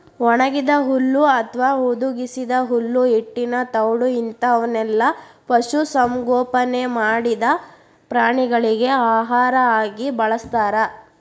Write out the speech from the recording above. ಒಣಗಿದ ಹುಲ್ಲು ಅತ್ವಾ ಹುದುಗಿಸಿದ ಹುಲ್ಲು ಹಿಟ್ಟಿನ ತೌಡು ಇಂತವನ್ನೆಲ್ಲ ಪಶು ಸಂಗೋಪನೆ ಮಾಡಿದ ಪ್ರಾಣಿಗಳಿಗೆ ಆಹಾರ ಆಗಿ ಬಳಸ್ತಾರ